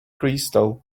crystal